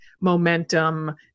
momentum